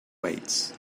weights